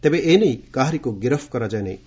ତେବେ ଏନେଇ କାହାରିକୁ ଗିରଫ କରାଯାଇ ନାହିଁ